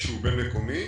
שהוא בין-מקומי.